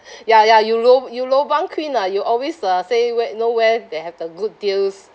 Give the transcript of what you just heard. ya ya you lo~ you lobang queen ah you always uh say whe~ know where they have the good deals